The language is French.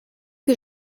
que